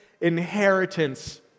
inheritance